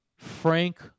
Frank